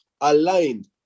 aligned